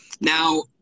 Now